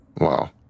Wow